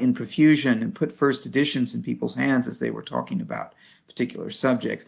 in profusion and put first editions in people's hands as they were talking about particular subjects.